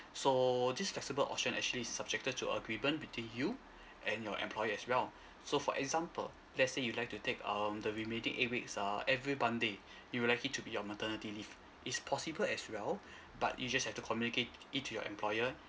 so this flexible option actually subjected to agreement between you and your employer as well so for example let's say you like to take um the remaining eight weeks err every monday you would like it to be your maternity leave is possible as well but you just have to communicate it to your employer